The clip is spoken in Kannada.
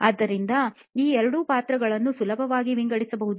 ಆದ್ದರಿಂದ ಈ ಎರಡು ಪಾತ್ರಗಳನ್ನು ಸುಲಭವಾಗಿ ವಿಂಗಡಿಸಬಹುದು